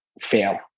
fail